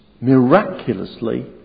miraculously